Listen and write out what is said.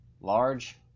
Large